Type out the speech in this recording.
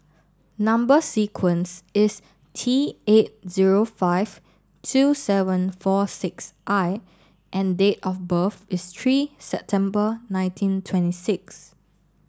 number sequence is T eight zero five two seven four six I and date of birth is three September nineteen twenty six